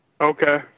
Okay